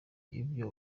ibyo